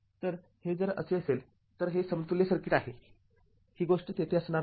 तर हे जर असे असेल तर हे समतुल्य सर्किट आहे ही गोष्ट तेथे असणार नाही